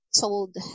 told